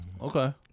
Okay